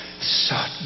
sought